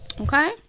Okay